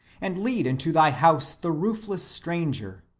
and lead into thy house the roofless stranger.